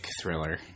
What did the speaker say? thriller